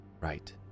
Right